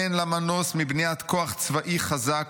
אין לה מנוס מבניית כוח צבאי חזק,